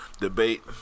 debate